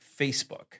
Facebook